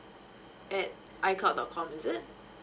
at I cloud dot com is it